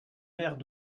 verres